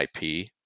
IP